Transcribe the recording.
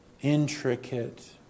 intricate